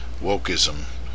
wokeism